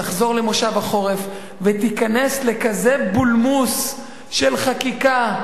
תחזור למושב החורף ותיכנס לכזה בולמוס של חקיקה: